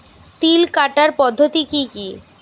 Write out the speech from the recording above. তিল কাটার পদ্ধতি কি কি?